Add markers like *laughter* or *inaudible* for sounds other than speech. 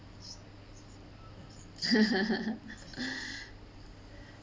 *laughs*